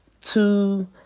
two